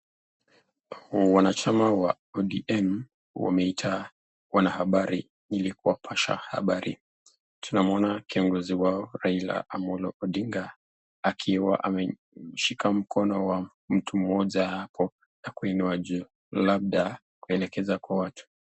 Wanachama wa ODM wameita wanahabari ili kuwapasha habari. Tunamuona kiongozi wao Raila Amolo Odinga akiwa ameshika mkono wa mtu mmoja hapo na kuinua juu labda kuelekeza kwa watu.